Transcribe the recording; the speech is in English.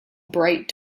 bright